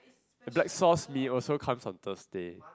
black sauce mee also comes on Thursday